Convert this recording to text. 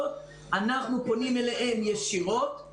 זאת הבעיה כי יש עובדים שהם לא יכולים לקבל תשובות מהמעסיקים שלהם.